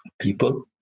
people